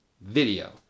video